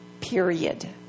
Period